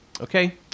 Okay